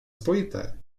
spojité